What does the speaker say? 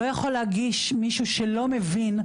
לא יכול להגיש מישהו שלא מבין,